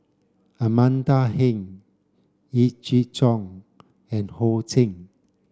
Amanda Heng Yee Jenn Jong and Ho Ching